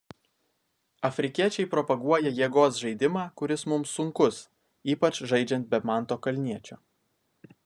afrikiečiai propaguoja jėgos žaidimą kuris mums sunkus ypač žaidžiant be manto kalniečio